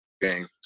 game